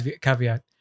caveat